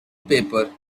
paper